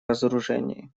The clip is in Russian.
разоружении